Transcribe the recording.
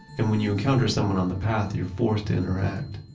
and when you encounter someone on the path, you're forced to interact,